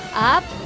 up.